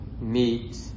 meet